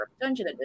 Dungeon